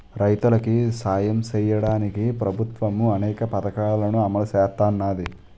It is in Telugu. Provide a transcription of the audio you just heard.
రైతులికి సాయం సెయ్యడానికి ప్రభుత్వము అనేక పథకాలని అమలు సేత్తన్నాది